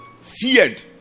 feared